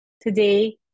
Today